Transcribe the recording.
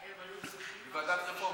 כספים.